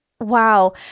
wow